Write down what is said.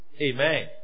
Amen